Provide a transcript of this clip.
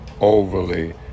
overly